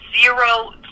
zero